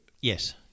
Yes